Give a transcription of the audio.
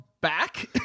Back